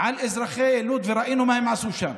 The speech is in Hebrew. על אזרחי לוד, וראינו מה הם עשו שם.